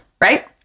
right